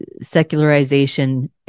secularization